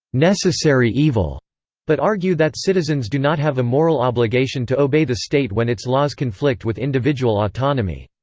necessary evil but argue that citizens do not have a moral obligation to obey the state when its laws conflict with individual autonomy.